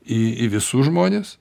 į į visus žmones